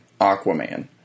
Aquaman